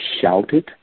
shouted